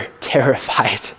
terrified